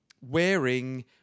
wearing